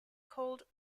called